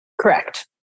Correct